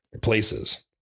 places